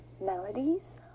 melodies